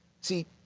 See